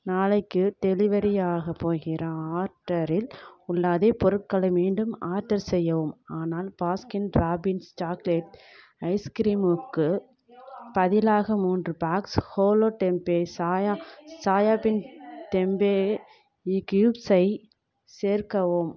நாளைக்கு டெலிவரியாகப் போகிற ஆர்டரில் உள்ள அதே பொருட்களை மீண்டும் ஆர்டர் செய்யவும் ஆனால் பாஸ்கின் ராபின்ஸ் சாக்லேட் ஐஸ்க்ரீமுக்கு பதிலாக மூன்று box Hello Tempayy soya soyabean tempeh இக்யூப்ஸை சேர்க்கவும்